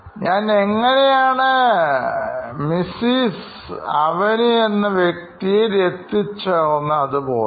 ഞാൻ എങ്ങനെയാണ് Mrs Avni എന്ന വ്യക്തിയിൽ എത്തിച്ചേർന്നത് അതുപോലെ